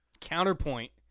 counterpoint